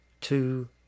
two